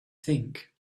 think